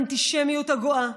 האנטישמיות הגואה,